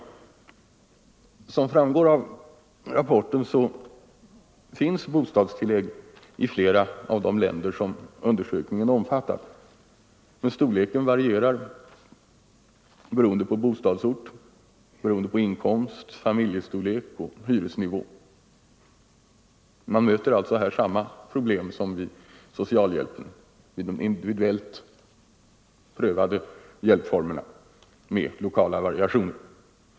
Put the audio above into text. Såsom framgår av rapporten finns bostadstillägg i flera av de länder som undersökningen omfattar, men storleken varierar beroende på bostadsort, inkomst, familjestorlek och hyresnivå. Man möter alltså här samma problem som när det gäller de individuellt prövade formerna för socialhjälp med lokala variationer.